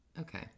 Okay